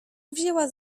wzięła